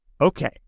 Okay